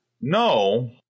No